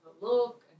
look